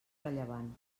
rellevant